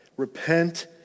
Repent